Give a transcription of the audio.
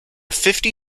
fifty